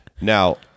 now